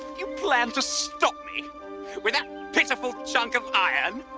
you plan to stop me with that pitiful chunk of iron?